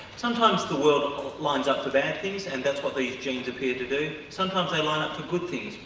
sometimes the world lines up for bad things and that's what these genes appear to do, sometimes they line up to good things.